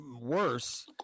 worse